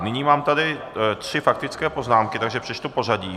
Nyní mám tady tři faktické poznámky, takže přečtu pořadí.